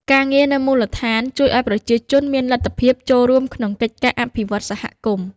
ការងារនៅមូលដ្ឋានជួយឱ្យប្រជាជនមានលទ្ធភាពចូលរួមក្នុងកិច្ចការអភិវឌ្ឍសហគមន៍។